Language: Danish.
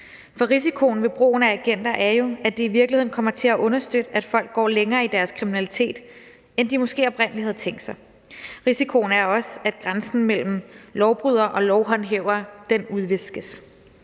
for risikoen ved brugen af agenter er jo, at det i virkeligheden kommer til at understøtte, at folk går længere i deres kriminalitet, end de måske oprindelig havde tænkt sig. Risikoen er også, at grænsen mellem lovbryder og lovhåndhæver udviskes,